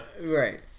Right